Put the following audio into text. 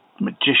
magician